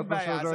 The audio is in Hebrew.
אין בעיה,